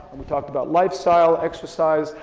we talked about lifestyle, exercise,